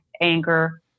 anger